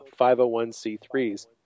501c3s